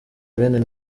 ben